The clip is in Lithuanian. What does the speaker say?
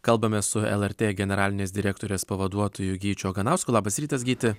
kalbame su lrt generalinės direktorės pavaduotoju gyčiu oganausku labas rytas giti